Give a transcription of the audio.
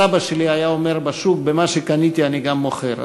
סבא שלי היה אומר בשוק: במה שקניתי אני גם מוכר.